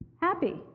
Happy